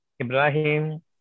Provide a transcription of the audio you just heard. Ibrahim